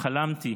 חלמתי